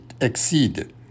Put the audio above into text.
exceed